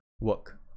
work